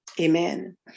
Amen